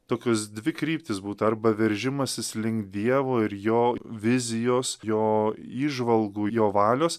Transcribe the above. tokius dvi kryptis būtų arba veržimasis link dievo ir jo vizijos jo įžvalgų jo valios